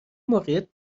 موقعیت